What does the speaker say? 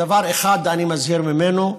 דבר אחד אני מזהיר ממנו,